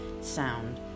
sound